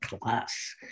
class